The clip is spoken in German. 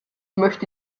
möchte